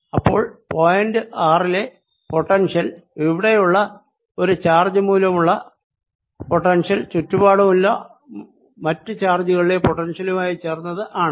അപ്പോൾ പോയിന്റ് ആറിലെ പൊട്ടൻഷ്യൽ ഇവിടെയുള്ള ഒരു ചാർജ് മൂലമുള്ള പൊട്ടൻഷ്യൽ ചുറ്റുപാടുമുള്ള മറ്റു ചാർജുകളിലെ പൊട്ടൻഷ്യലുകളുമായി ചേർന്നത് ആണ്